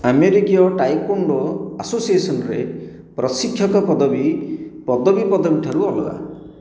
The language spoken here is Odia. ଆମେରିକୀୟ ଟାଏକୋଣ୍ଡୋ ଆସୋସିଏସନରେ ପ୍ରଶିକ୍ଷକ ପଦବୀ ପଦବୀ ପଦବୀଠାରୁ ଅଲଗା